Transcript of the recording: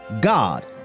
God